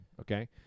okay